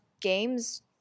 games